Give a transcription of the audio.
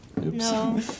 No